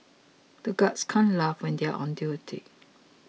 the guards can't laugh when they are on duty